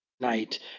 night